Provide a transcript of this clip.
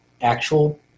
actual